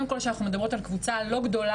תודה רבה.